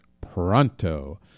pronto